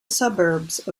suburbs